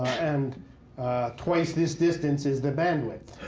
and twice this distance is the bandwidth.